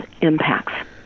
impacts